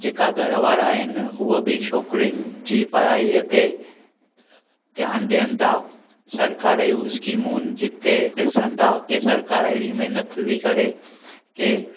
जेका घर वारा आहिनि उहे बि छोकिरिनि जी पढ़ाईअ ते ध्यानु ॾियनि था सरकार जूं स्किमुनि जीथे ॾिसनि था त सरकार अहिड़ी महिनत थी करे कि